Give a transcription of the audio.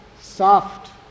soft